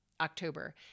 October